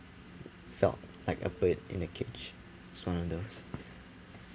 felt like a bird in a cage just one of those